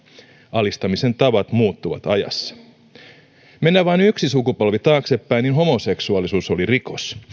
alistamisen tavat muuttuvat ajassa mennään vain yksi sukupolvi taaksepäin niin homoseksuaalisuus oli rikos